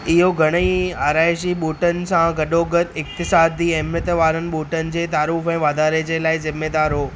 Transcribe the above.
इहो घणईं आराइशी ॿूटनि सां गॾो गॾु इक़्तिसादी अहमियत वारनि ॿूटनि जे तारुफ़ु ऐं वाधारे जे लाइ ज़िमेदारु हो